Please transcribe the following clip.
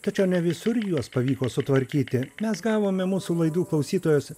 tačiau ne visur juos pavyko sutvarkyti mes gavome mūsų laidų klausytojos